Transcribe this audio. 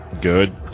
good